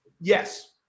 Yes